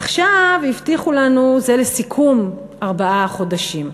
עכשיו הבטיחו לנו, זה לסיכום, ארבעה חודשים.